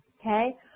okay